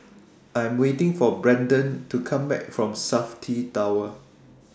I Am waiting For Branden to Come Back from Safti Tower